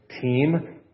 team